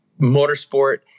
motorsport